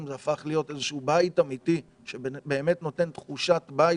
הפך להיות איזשהו בית אמיתי שבאמת נותן תחושת בית